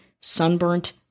sunburnt